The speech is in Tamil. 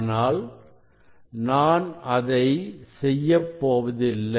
ஆனால் நான் அதை செய்யப்போவதில்லை